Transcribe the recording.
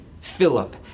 Philip